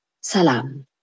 salam